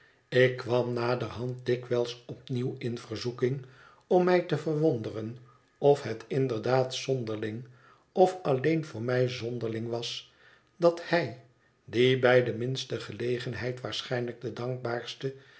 ik kwam naderhand dikwijls opnieuw in verzoeking om mij te verwonderen of het inderdaad zonderling of alleen voor mij zonderling was dat hij die bij de minste gelegenheid waarschijnlijk de dankbaarste